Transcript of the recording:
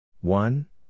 one